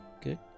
good